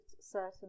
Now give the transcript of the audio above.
certain